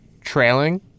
trailing